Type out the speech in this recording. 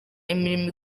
imirimo